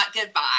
goodbye